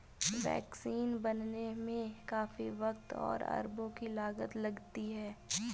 vaccine बनाने में काफी वक़्त और अरबों की लागत लगती है